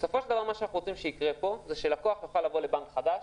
בסופו של דבר מה שאנחנו רוצים שיקרה פה זה שלקוח יוכל לבוא לבנק חדש,